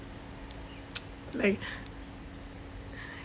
like